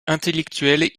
intellectuel